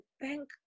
thank